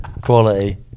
Quality